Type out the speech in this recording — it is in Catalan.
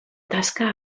tasca